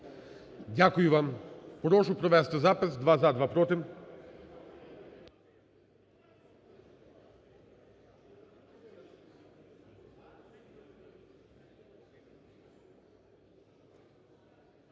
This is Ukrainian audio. Дякую вам. І прошу провести запис: два – за, два – проти.